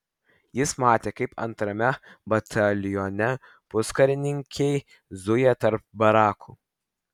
jis matė kaip antrame batalione puskarininkiai zuja tarp barakų